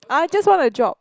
I just want a job